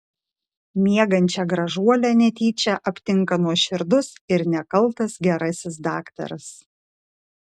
miegančią gražuolę netyčia aptinka nuoširdus ir nekaltas gerasis daktaras